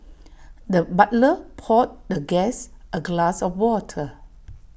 the butler poured the guest A glass of water